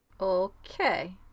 Okay